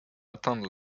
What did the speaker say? atteindre